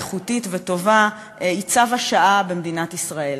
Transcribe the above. איכותית וטובה היא צו השעה במדינת ישראל.